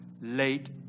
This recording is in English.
Late